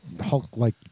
Hulk-like